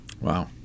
Wow